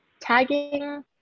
tagging